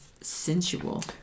sensual